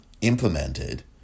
implemented